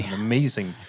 amazing